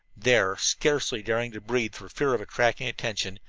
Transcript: there, scarcely daring to breathe for fear of attracting attention,